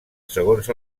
segons